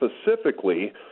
specifically